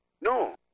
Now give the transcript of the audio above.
No